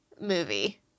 movie